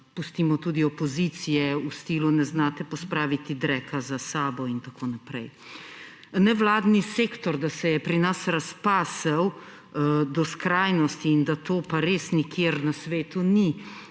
pustimo tudi opozicije v stilu »ne znate pospraviti dreka za sabo« in tako naprej. Nevladni sektor da se je pri nas razpasel do skrajnosti in da tega pa res nikjer na svetu ni